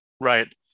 Right